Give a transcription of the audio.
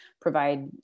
provide